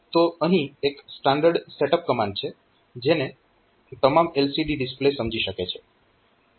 તો અહીં એક સ્ટાન્ડર્ડ સેટ અપ કમાન્ડ છે જેને તમામ LCD ડિસ્પ્લે સમજી શકે છે